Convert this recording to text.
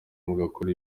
mugakora